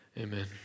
amen